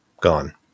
gone